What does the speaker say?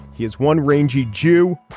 he is one rangy jew.